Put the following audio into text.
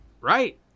right